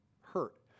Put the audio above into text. hurt